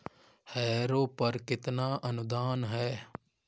Harrow पर कितना अनुदान है?